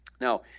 Now